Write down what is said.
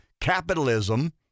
capitalism